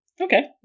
Okay